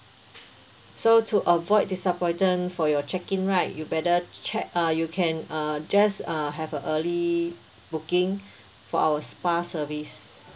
so to avoid disappointment for your check in right you better check uh you can uh just uh have a early booking for our spa service